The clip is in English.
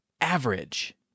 average